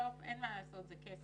בסוף, אין מה לעשות, זה כסף.